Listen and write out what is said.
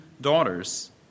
daughters